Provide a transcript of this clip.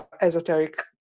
esoteric